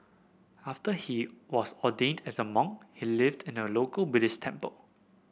after he was ordained as a monk he lived in a local Buddhist temple